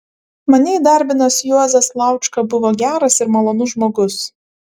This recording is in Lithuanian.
mane įdarbinęs juozas laučka buvo geras ir malonus žmogus